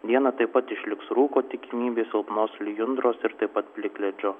dieną taip pat išliks rūko tikimybė silpnos lijundros ir taip pat plikledžio